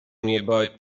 nearby